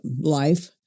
life